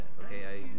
okay